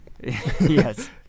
Yes